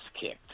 kicked